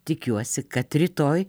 tikiuosi kad rytoj